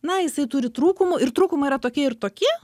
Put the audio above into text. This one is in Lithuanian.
na jisai turi trūkumų ir trūkumai yra tokia ir tokie